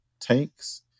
tanks